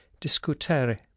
discutere